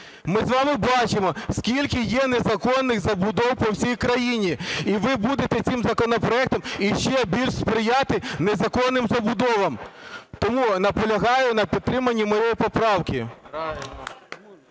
Ми з вами бачимо, скільки є незаконних забудов по всій країні. І ви будете цим законопроектом ще більше сприяти незаконним забудовам. Тому наполягаю на підтриманні моєї поправки.